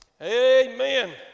Amen